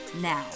Now